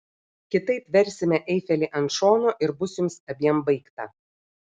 kitaip versime eifelį ant šono ir bus jums abiem baigta